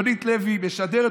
יונית לוי משדרת?